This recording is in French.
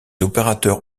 opérateurs